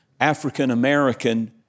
African-American